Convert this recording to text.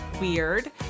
weird